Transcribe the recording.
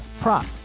prop